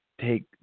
take